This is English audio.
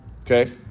okay